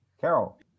Carol